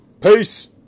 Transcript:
Peace